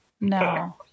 No